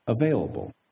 available